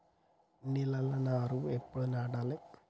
నేలలా నారు ఎప్పుడు నాటాలె?